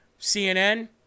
CNN